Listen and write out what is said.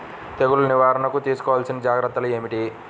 తెగులు నివారణకు తీసుకోవలసిన జాగ్రత్తలు ఏమిటీ?